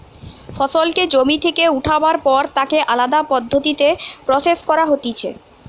ফসলকে জমি থেকে উঠাবার পর তাকে আলদা পদ্ধতিতে প্রসেস করা হতিছে